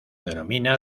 denomina